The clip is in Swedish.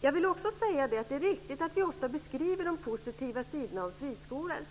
Det är riktigt att vi ofta beskriver de positiva sidorna av friskolor.